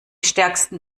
stärksten